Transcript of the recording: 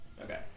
Okay